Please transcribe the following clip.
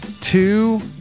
two